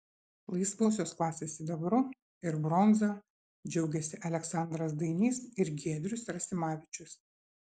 laisvosios klasės sidabru ir bronza džiaugėsi aleksandras dainys ir giedrius rasimavičius